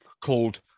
called